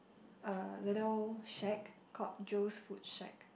a little shack called Joe's food shack